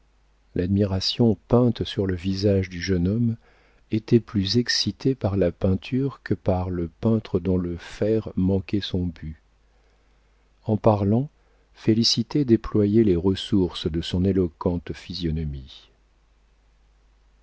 l'admiration peinte sur le visage du jeune homme était plus excitée par la peinture que par le peintre dont le faire manquait son but en parlant félicité déployait les ressources de son éloquente physionomie